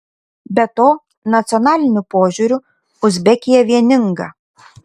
be to nacionaliniu požiūriu uzbekija vieninga